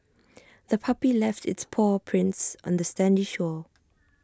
the puppy left its paw prints on the sandy shore